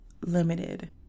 limited